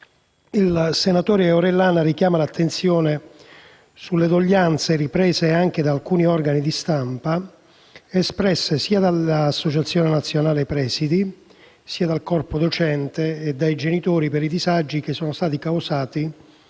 il senatore Orellana richiama l'attenzione sulle doglianze - riprese anche da alcuni organi di stampa - espresse dall'Associazione nazionale presidi, dal corpo docente e dai genitori per i disagi causati